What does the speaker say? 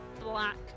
black